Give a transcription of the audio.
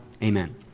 Amen